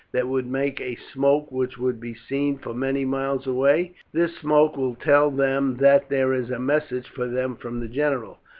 that would make a smoke which would be seen for many miles away. this smoke will tell them that there is a message for them from the general.